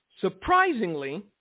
Surprisingly